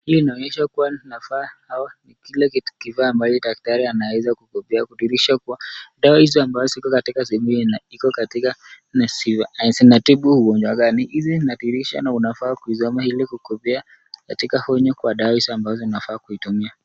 Hii inaonyesha kuwa inafaa au kile kifaa ambacho daktari anaweza kukupea kudhihirisha kuwa dawa hizo ambazo ziko katika sehemu hii ziko katika na zinatibu ugonjwa gani. Hili linadhihirisha na unafaa kusoma ili kukupea katika onyo za dawa ambazo unafaa kutumia.